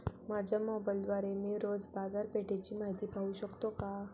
माझ्या मोबाइलद्वारे मी रोज बाजारपेठेची माहिती पाहू शकतो का?